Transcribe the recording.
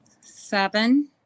Seven